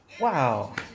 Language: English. wow